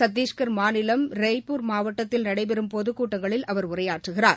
சத்திஷ்கர் மாநிலம் ரெய்ப்பூர் மாவட்டத்தில் நடைபெறும் பொதுக்கூட்டங்களில் அவர் உரையாற்றுகிறார்